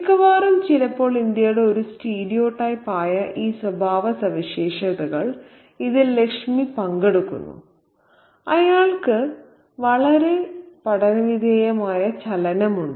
മിക്കവാറും ചിലപ്പോൾ ഇന്ത്യയുടെ ഒരു സ്റ്റീരിയോടൈപ്പ് ആയ ഈ സ്വഭാവസവിശേഷതകൾ ഇതിൽ ലച്മി പങ്കെടുക്കുന്നു അയാൾക്ക് വളരെ പഠനവിധേയമായ ചലനമുണ്ട്